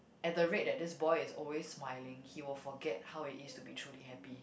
at the rate that this boy is always smiling he will forget how it is to be truly happy